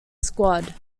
squad